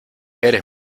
eres